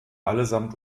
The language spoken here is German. allesamt